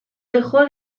dejó